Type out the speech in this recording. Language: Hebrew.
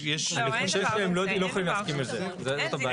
אוקיי,